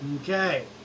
okay